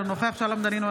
אינו נוכח שלום דנינו,